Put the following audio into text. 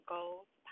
Goals